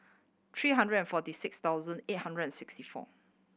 three hundred and forty six thousand eight hundred and sixty four